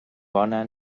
bona